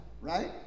right